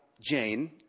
Jane